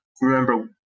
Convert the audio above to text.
remember